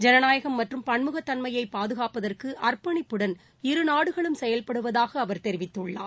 ஜனநாயகம் மற்றும் பன்முகத் தன்மையை பாதுகாப்பதற்கு அர்ப்பணிப்புடன் இருநாடுகளும் செயல்படுவதாக அவர் தெரிவித்துள்ளார்